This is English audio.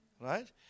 Right